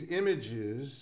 images